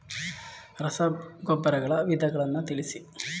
ರಸಗೊಬ್ಬರಗಳ ವಿಧಗಳನ್ನು ತಿಳಿಸಿ?